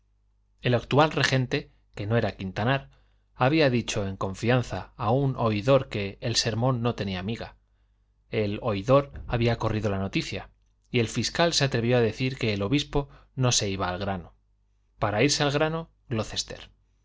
el actual regente que no era quintanar había dicho en confianza a un oidor que el sermón no tenía miga el oidor había corrido la noticia y el fiscal se atrevió a decir que el obispo no se iba al grano para irse al grano